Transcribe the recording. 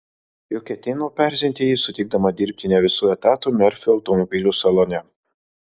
juk ketino paerzinti jį sutikdama dirbti ne visu etatu merfio automobilių salone